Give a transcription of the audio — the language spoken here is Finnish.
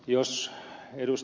jos ed